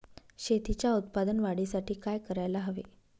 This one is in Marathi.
शेतीच्या उत्पादन वाढीसाठी काय करायला हवे?